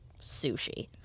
sushi